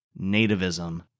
nativism